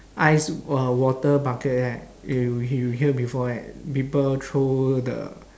ice uh water bucket right you you hear before right people throw the